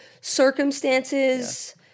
circumstances